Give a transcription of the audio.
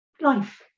life